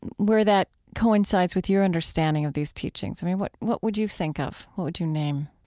where that coincides with your understanding of these teachings, i mean, what what would you think of, what would you name?